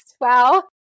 wow